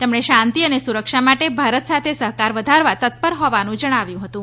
તમણે શાંતિ અને સુરક્ષા માટે ભારત સાથે સહકાર વધારવા તત્પર હોવાનું જણાવ્યું હતું